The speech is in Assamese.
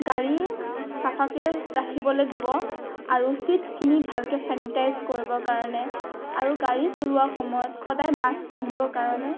গাড়ী চাফাকৈ ৰাখিবলৈ দিব আৰু চিটখিনি ভালকৈ ছেনিটাইজ কৰিবৰ কাৰণে আৰু গাড়ী চলোৱা সময়ত সদায় মাস্ক পিন্ধিবৰ কাৰণে